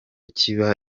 kiba